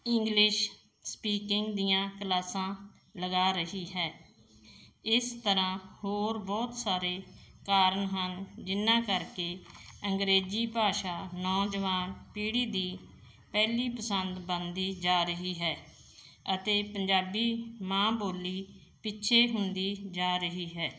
English speaking ਦੀਆਂ ਕਲਾਸਾਂ ਲਗਾ ਰਹੀ ਹੈ ਇਸ ਤਰ੍ਹਾਂ ਹੋਰ ਬਹੁਤ ਸਾਰੇ ਕਾਰਨ ਹਨ ਜਿਹਨਾਂ ਕਰਕੇ ਅੰਗਰੇਜ਼ੀ ਭਾਸ਼ਾ ਨੌਜਵਾਨ ਪੀੜ੍ਹੀ ਦੀ ਪਹਿਲੀ ਪਸੰਦ ਬਣਦੀ ਜਾ ਰਹੀ ਹੈ ਅਤੇ ਪੰਜਾਬੀ ਮਾਂ ਬੋਲੀ ਪਿੱਛੇ ਹੁੰਦੀ ਜਾ ਰਹੀ ਹੈ